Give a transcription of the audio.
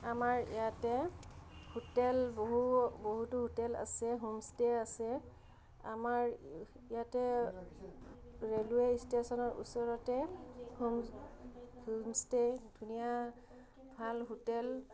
আমাৰ ইয়াতে হোটেল বহু বহুতো হোটেল আছে হোম ষ্টে আছে আমাৰ ইয়াতে ৰেলৱে ষ্টেচনৰ ওচৰতে হোম হোম ষ্টে ধুনীয়া ভাল হোটেল